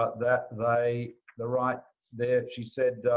ah that they the right there she said